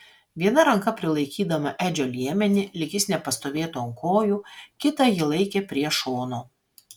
viena ranka prilaikydama edžio liemenį lyg jis nepastovėtų ant kojų kitą ji laikė prie šono